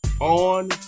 on